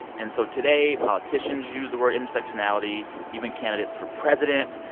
and so today politicians use the word intersectionality, even candidates for president.